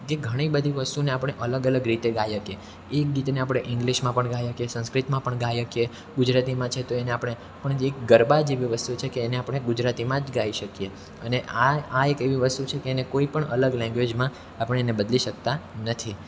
તે ઘણી બધી વસ્તુને આપણે અલગ અલગ રીતે ગાઈ શકીએ એ ગીતને આપણે ઇંગ્લિશમાં પણ ગાઈ શકીએ સંસ્કૃતમાં પણ ગાઈ શકીએ ગુજરાતીમાં છે તો એને આપણે પણ જે એક ગરબા જ એવી વસ્તુ છે કે એને આપણે ગુજરાતીમાં જ ગાઈ શકીએ અને આ આ એક એવી વસ્તુ છે કે એને કોઈપણ અલગ લેંગ્વેજમાં આપણે એને બદલી શકતા નથી